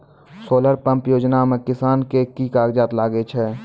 Solar pump योजना म किसान के की कागजात लागै छै?